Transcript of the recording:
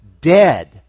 dead